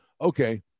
okay